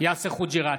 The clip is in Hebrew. יאסר חוג'יראת,